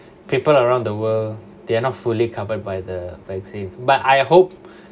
people around the world they are not fully covered by the vacine but I hope